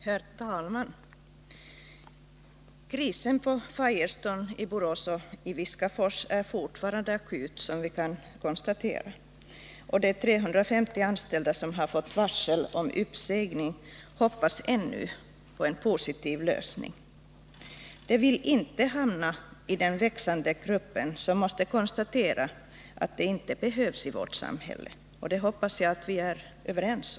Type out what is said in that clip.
Herr talman! Krisen på Firestone i Borås och i Viskafors är fortfarande akut, som vi har kunnat konstatera. De 350 anställda som fått varsel om uppsägning hoppas ännu på en positiv lösning. De vill inte hamna i den växande grupp av människor som måste konstatera att de inte behövs i vårt samhälle.